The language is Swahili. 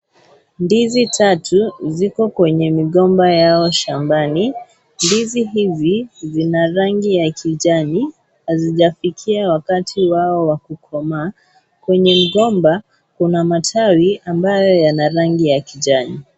Ndizi tatu, ziko kwenye migomba yao shambani, ndizi hizi, zina rangi ya kijani, hazijafikia wakati wao wa kukomaa, kwenye mgomba kuna matawi, ambayo yana rangi ya kijani.